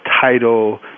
title